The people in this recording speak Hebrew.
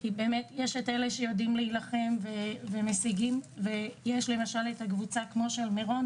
יש את אלו שיודעים להילחם ויש קבוצות כמו נפגעי מירון